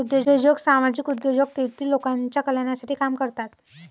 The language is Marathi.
उद्योजक सामाजिक उद्योजक तेतील लोकांच्या कल्याणासाठी काम करतात